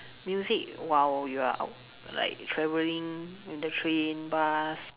music while you're like out like traveling in the train bus